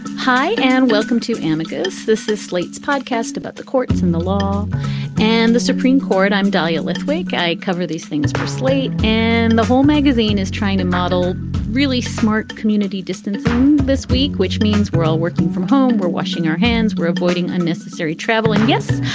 hi and welcome to ambigous. this is slate's podcast about the courts and the law and the supreme court. i'm dahlia lithwick. i cover these things for slate and the whole magazine is trying to model really smart community distance this week, which means we're all working from home. we're washing our hands, were avoiding unnecessary travel. and, yes,